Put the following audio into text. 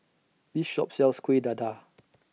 This Shop sells Kuih Dadar